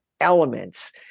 elements